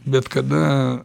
bet kada